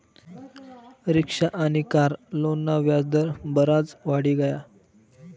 rickshaw आनी car लोनना व्याज दर बराज वाढी गया